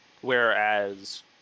Whereas